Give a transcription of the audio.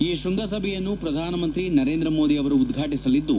ಈ ಶ್ವಂಗಸಭೆಯನ್ನು ಪ್ರಧಾನಮಂತ್ರಿ ನರೇಂದ್ರ ಮೋದಿ ಉದ್ಘಾಟಿಸಲಿದ್ದು